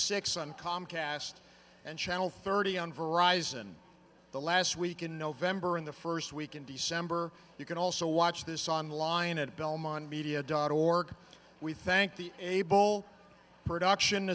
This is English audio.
six on comcast and channel thirty on varieties and the last week in november in the first week in december you can also watch this online at belmont media dot org we thank the able production